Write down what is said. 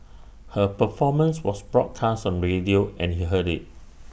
her performance was broadcast on radio and he heard IT